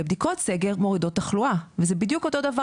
ובדיקות סקר מורידות תחלואה וזה בדיוק אותו דבר